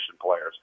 players